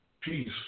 peace